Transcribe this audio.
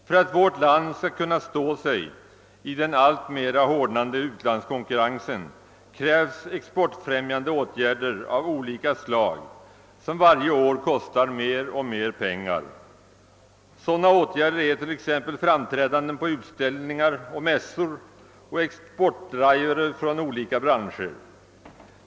För att vårt land skall kunna stå sig i den alltmer hårdnande utlandskonkurrensen krävs exportfrämjande åtgärder av olika slag och dessa kostar alltmer pengar. Sådana åtgärder är t.ex. framträdanden på utställningar och mässor och exportdriver från olika branscher.